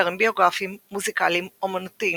קשרים ביוגרפים, מוזיקליים, אמנותיים,